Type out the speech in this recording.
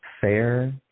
fair